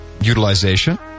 utilization